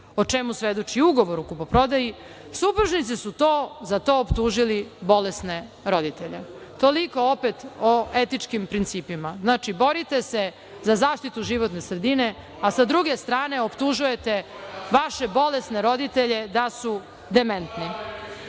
o čemu svedoči ugovor o kupoprodaji, supružnici su za to optužili bolesne roditelje. Toliko opet o etičkim principima. Znači, borite se za zaštitu životne sredine, a sa druge strane optužujete vaše bolesne roditelje da su dementni. Zlatko